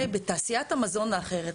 בתעשיית המזון האחרת,